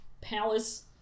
palace